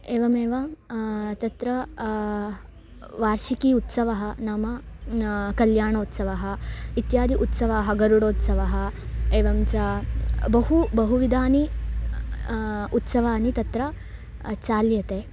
एवमेव तत्र वार्षिकः उत्सवः नाम कल्याणोत्सवः इत्यादयः उत्सवाः गरुडोत्सवः एवं च बहु बहुविधाः उत्सवाः तत्र चाल्यन्ते